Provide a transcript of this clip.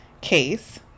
case